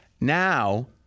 Now